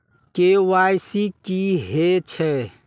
KYC की हे छे?